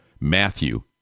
Matthew